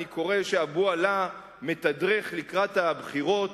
אני קורא שאבו עלא מתדרך לקראת הבחירות.